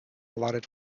allotted